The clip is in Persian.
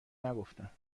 نگفتم